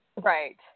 Right